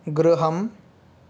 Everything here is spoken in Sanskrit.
गृहम्